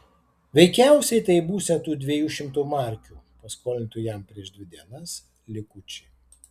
veikiausiai tai būsią tų dviejų šimtų markių paskolintų jam prieš dvi dienas likučiai